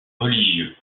religieux